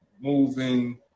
moving